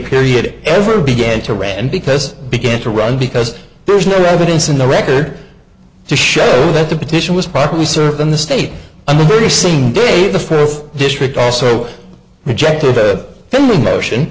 period ever began to read and because began to run because there's no evidence in the record to show that the petition was properly served in the state and the very same day the fifth district also rejected the notion